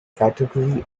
category